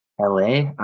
LA